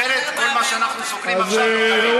אחרת כל מה שאנחנו סוגרים עכשיו לא,